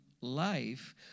life